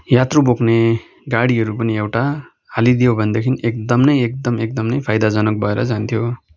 यात्रु बोक्ने गाडीहरू पनि एउटा हालिदियो भनेदेखि एकदम नै एकदम एकदम नै फाइदाजनक भएर जान्थ्यो